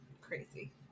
crazy